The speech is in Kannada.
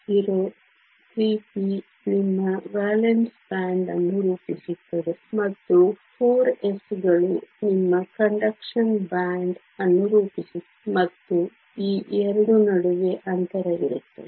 3p ನಿಮ್ಮ ವೇಲೆನ್ಸ್ ಬ್ಯಾಂಡ್ ಅನ್ನು ರೂಪಿಸುತ್ತದೆ ಮತ್ತು 4s ಗಳು ನಿಮ್ಮ ಕಂಡಕ್ಷನ್ ಬ್ಯಾಂಡ್ ಅನ್ನು ರೂಪಿಸುತ್ತದೆ ಮತ್ತು ಈ 2 ನಡುವೆ ಅಂತರವಿರುತ್ತದೆ